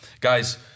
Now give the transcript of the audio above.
guys